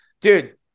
Dude